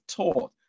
taught